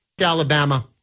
Alabama